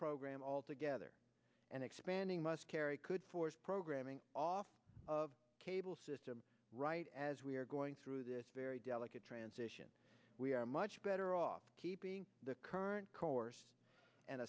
program altogether and expanding muskerry could force programming off of cable system right as we are going through this very delicate transition we are much better off keeping the current course and